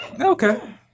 Okay